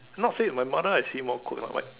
not say my mother I see more quirk